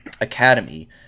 Academy